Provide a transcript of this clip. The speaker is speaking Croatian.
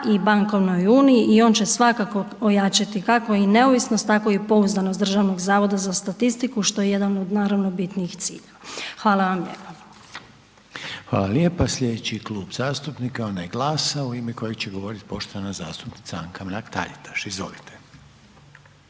i Bankovnoj uniji i on će svakako ojačati, kako i neovisnost, tako i pouzdanost Državnog zavoda za statistiku, što je jedan od naravno bitnijih ciljeva. Hvala vam lijepa. **Reiner, Željko (HDZ)** Hvala lijepa, slijedeći Klub zastupnika je onaj GLAS-a u ime kojeg će govorit poštovana zastupnica Anka Mrak-Taritaš, izvolite.